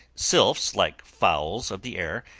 sylphs, like fowls of the air,